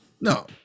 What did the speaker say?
No